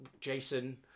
Jason